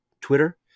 Twitter